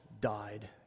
died